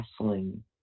wrestling